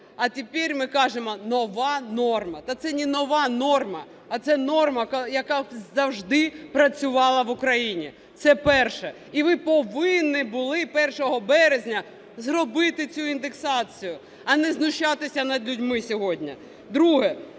а тепер ми кажемо нова норма. Та це не нова норма, а це норма, яка завжди працювала в Україні. Це перше. І ви повинні були 1 березня зробити цю індексацію, а не знущатися над людьми сьогодні. Друге.